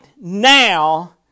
now